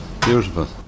beautiful